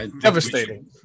devastating